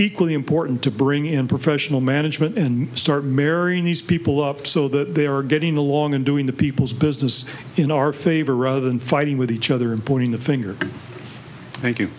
equally important to bring in professional management and start marrying these people up so that they are getting along and doing the people's business in our favor rather than fighting with each other and pointing the finger thank you